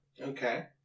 Okay